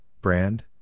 brand